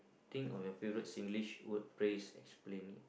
think of your favorite Singlish word phase explain